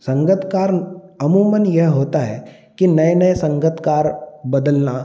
संगतकार अमूमन यह होता है की नए नए संगतकार बदलना